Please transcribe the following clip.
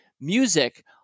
music